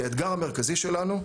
האתגר המרכזי שלנו,